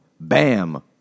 Bam